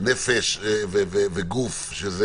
נפש וגוף,